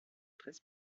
tres